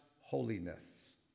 holiness